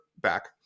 back –